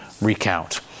recount